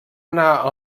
anar